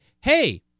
hey